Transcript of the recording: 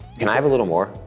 can i have a little more?